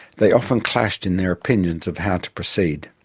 they often clashed in their opinions of how to proceed.